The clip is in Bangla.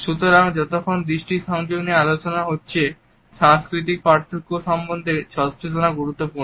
সুতরাং যতক্ষণ দৃষ্টি সংযোগ নিয়ে আলোচনা হচ্ছে সাংস্কৃতিক পার্থক্য সম্বন্ধে সচেতনতা গুরুত্বপূর্ণ